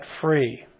free